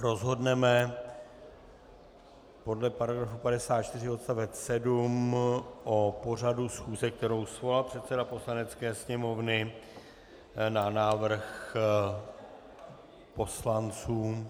Rozhodneme podle § 54 odst. 7 o pořadu schůze, kterou svolal předseda Poslanecké sněmovny na návrh poslanců.